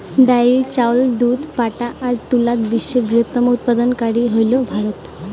ডাইল, চাউল, দুধ, পাটা আর তুলাত বিশ্বের বৃহত্তম উৎপাদনকারী হইল ভারত